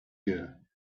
here